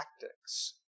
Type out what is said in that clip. tactics